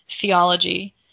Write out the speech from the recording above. theology